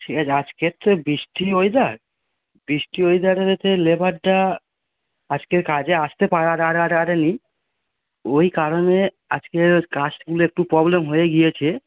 ঠিক আছে আজকের তো বৃষ্টির ওয়েদার বৃষ্টির ওয়েদারেতে লেবারটা আজকের কাজে আসতে পারে নি ঐ কারণে আজকের কাস্টগুলো একটু প্রবলেম হয়ে গিয়েছে